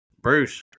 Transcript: Bruce